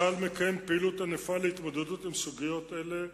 צה"ל מקיים פעילות ענפה להתמודדות עם סוגיות אלה.